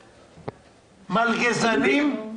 מלגזנים?